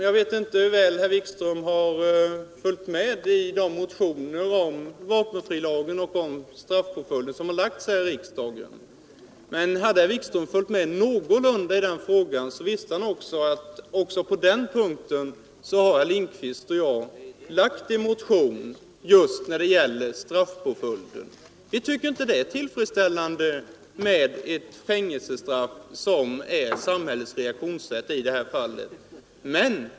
Jag vet inte hur väl herr Wikström har följt med de motioner som väckts här i riksdagen rörande vapenfrilagen och straffpåföljderna i det sammanhanget, men om herr Wikström har följt de frågorna någorlunda, så bör han veta att herr Lindkvist och jag har väckt en motion som just gäller straffpåföljden. Vi tycker inte att det är tillfredsställande med fängelsestraff som samhällets reaktion i sådana fall.